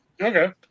Okay